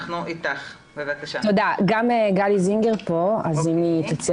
גם גלי זינגר כאן אתי.